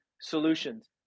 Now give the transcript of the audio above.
solutions